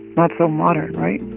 not so modern, right?